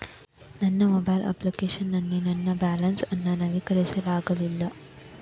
ನನ್ನ mobile application ನಲ್ಲಿ ನನ್ನ ಬ್ಯಾಲೆನ್ಸ್ ಅನ್ನು ನವೀಕರಿಸಲಾಗಿಲ್ಲ